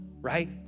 right